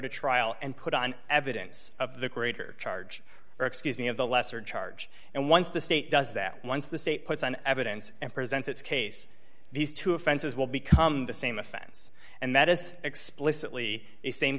to trial and put on evidence of the greater charge or excuse me of the lesser charge and once the state does that once the state puts on evidence and presents its case these two offenses will become the same offense and that is explicitly the same